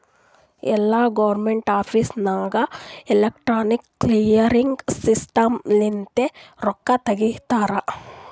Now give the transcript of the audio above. ಎಲ್ಲಾ government office ನಾಗ್ electronic clearing system ಲಿಂತೆ ರೊಕ್ಕಾ ತೊಗೋತಾರ